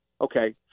okay